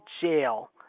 jail